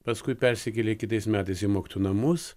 paskui persikėlė kitais metais į mokytojų namus